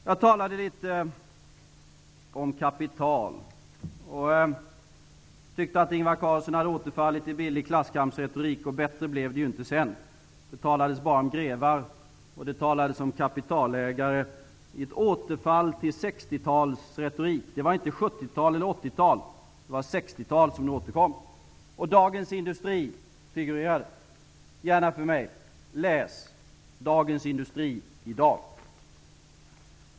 Jag talade litet om kapital och tyckte att Ingvar Carlsson hade återfallit i en billig klasskampsretorik. Det blev inte heller bättre därefter. Det talades bara om grevar och kaptitalägare, i ett återfall till 60-talsretorik. Det var alltså inte 70-talet eller 80-talet utan 60-talet som återkom. Dagens Industri figurerade i debatten. Gärna för mig! Läs dagens nummer av Dagens Industri!